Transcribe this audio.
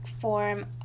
form